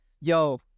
Yo